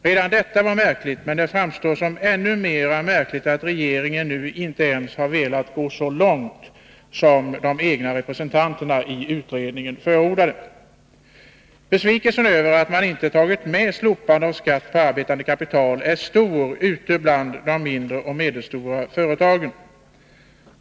Redan detta var märkligt, men det framstår som ännu mera märkligt att regeringen nu inte ens har velat gå så långt som de egna representanterna i utredningen förordat. Besvikelsen över att man inte har tagit med slopandet av skatten på arbetande kapital är stor ute bland de mindre och medelstora företagen.